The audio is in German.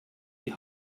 die